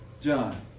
John